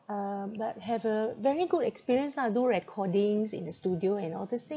um but have a very good experience lah do recordings in the studio and all this thing